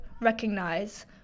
recognize